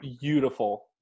Beautiful